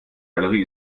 galerie